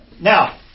Now